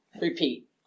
repeat